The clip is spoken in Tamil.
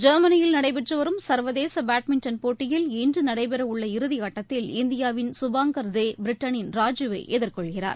ஜொ்மனியில் நடைபெற்றுவரும் சா்வதேசபேட்மிண்டன் போட்டியில் இன்றுநடைபெறவுள்ள இறுதியாட்டத்தில் இந்தியாவின் சுபாங்கர் தே பிரிட்டனின் ராஜிவ் ஐ எதிர்கொள்கிறார்